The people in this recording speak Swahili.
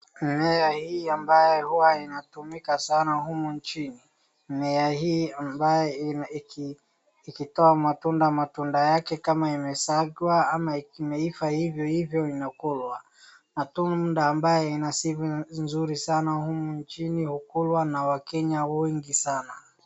Mimea hii ambayo huwa inatumika sana humu nchini, mimea hii ambayo ikitoa matunda, matunda yake kama imesagwa ama imeiva hivyohivyo inakulwa. Matunda ambayo ina sifa nzuri sana humu nchini hukulwa na wakenya wengi sana.